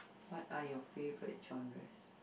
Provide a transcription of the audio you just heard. what are your favourite genres